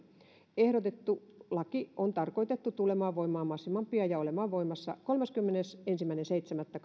ehdotettu laki on tarkoitettu tulemaan voimaan mahdollisimman pian ja olemaan voimassa kolmaskymmenesensimmäinen seitsemättä